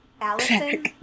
Allison